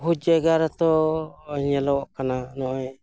ᱵᱚᱦᱩᱛ ᱡᱟᱭᱜᱟ ᱨᱮᱛᱚ ᱱᱚᱜᱼᱚᱭ ᱧᱮᱞᱚᱜᱚᱜ ᱠᱟᱱᱟ ᱱᱚᱜᱼᱚᱭ